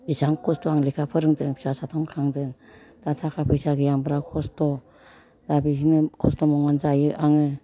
बिसिबां खस्थ' आं लेखा फोरोंदो फिसा सिथाम खांदों फोरोंदों खांदों दा थाखा फैसा गैया बिराद खस्थ' दा बिदिनो खस्थ' मावनानै जायो आङो